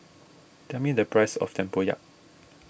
tell me the price of Tempoyak